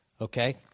Okay